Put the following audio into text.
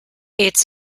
its